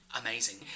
amazing